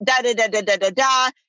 Da-da-da-da-da-da-da